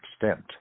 extent